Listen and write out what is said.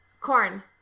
corn